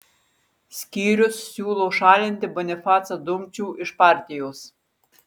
skyrius siūlo šalinti bonifacą dumčių iš partijos